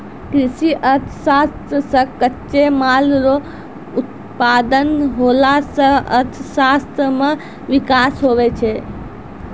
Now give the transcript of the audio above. कृषि अर्थशास्त्र से कच्चे माल रो उत्पादन होला से अर्थशास्त्र मे विकास हुवै छै